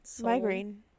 migraine